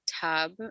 tub